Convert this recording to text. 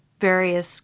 various